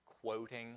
quoting